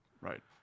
Right